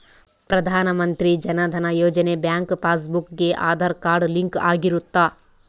ಪ್ರಧಾನ Mantri Jan Dhan Yojana bank passbook ಗೆ Aadhaar card link ಆಗಿರುತ್ತ